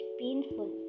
painful